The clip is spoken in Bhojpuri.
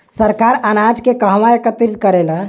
सरकार अनाज के कहवा एकत्रित करेला?